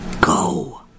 Go